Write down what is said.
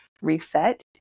reset